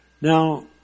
Now